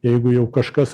jeigu jau kažkas